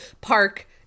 park